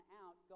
out